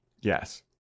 Yes